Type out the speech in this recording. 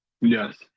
Yes